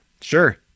sure